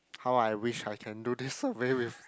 how I wish I can do this survey with